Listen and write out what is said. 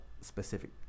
specific